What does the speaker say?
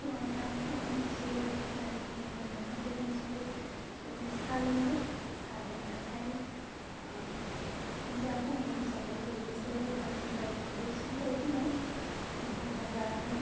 फुङावनो आं फुङावनो उथियो उथिनानै मोखां सोखां सुयो सुनानै साह लोङो साह लोंनानैहाय फुङावनो ओंखाम जाखायो बोथिसे ओंखाम जाखायो बोथिसेल' जायो दिनाव ओमफ्राय ओंखाम जानानै